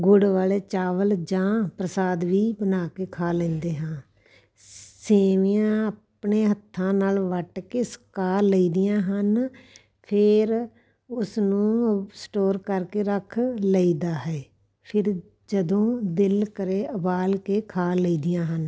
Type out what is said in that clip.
ਗੁੜ ਵਾਲੇ ਚਾਵਲ ਜਾਂ ਪ੍ਰਸ਼ਾਦ ਵੀ ਬਣਾ ਕੇ ਖਾ ਲੈਂਦੇ ਹਾਂ ਸੇਵੀਆਂ ਆਪਣੇ ਹੱਥਾਂ ਨਾਲ ਵੱਟ ਕੇ ਸੁਕਾ ਲਈ ਦੀਆਂ ਹਨ ਫੇਰ ਉਸਨੂੰ ਸਟੋਰ ਕਰਕੇ ਰੱਖ ਲਈਦਾ ਹੈ ਫਿਰ ਜਦੋਂ ਦਿਲ ਕਰੇ ਉਬਾਲ ਕੇ ਖਾ ਲਈ ਦੀਆਂ ਹਨ